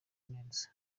neza